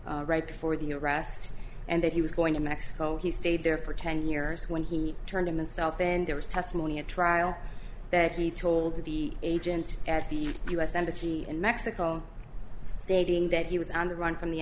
charges right before the arrest and that he was going to mexico he stayed there for ten years when he turned him in south and there was testimony at trial that he told the agent at the u s embassy in mexico stating that he was on the run from the